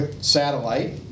satellite